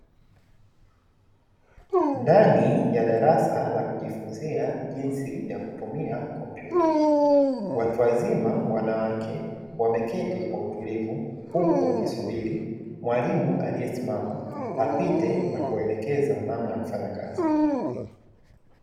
Ndani ya darasa la kujifunzia jinsi ya kutumia kompyuta, watu wazima wanawake wameketi kwa utulivu huku wakisubiri mwalimu aliyesimama apite na kuwaelekeza namna ya kufanya kazi.